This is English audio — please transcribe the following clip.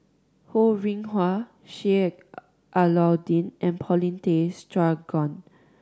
Ho Rih Hwa Sheik Alau'ddin and Paulin Tay Straughan